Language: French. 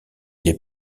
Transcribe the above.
les